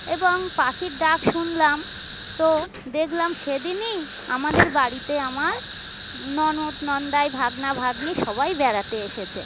এবং পাখির ডাক শুনলাম তো দেখলাম সেদিনই আমাদের বাড়িতে আমার ননদ নন্দাই ভাগ্না ভাগ্নি সবাই বেড়াতে এসেছে